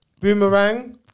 Boomerang